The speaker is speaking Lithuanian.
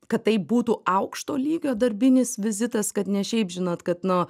kad tai būtų aukšto lygio darbinis vizitas kad ne šiaip žinot kad nu